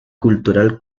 cultural